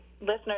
listeners